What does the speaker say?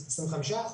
25%,